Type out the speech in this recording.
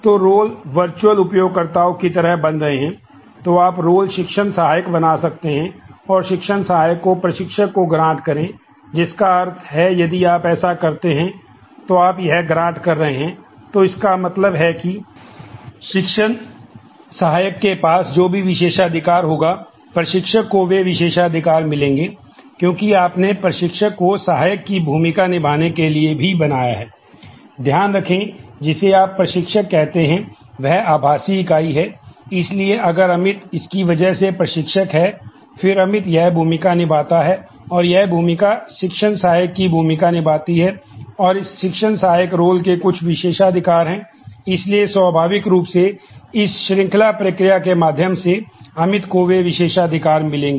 तो रोल्स के कुछ विशेषाधिकार हैं इसलिए स्वाभाविक रूप से इस श्रृंखला प्रक्रिया के माध्यम से अमित को वे विशेषाधिकार मिलेंगे